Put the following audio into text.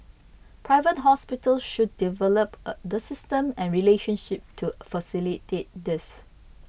Private Hospitals should develop the system and relationship to facilitate this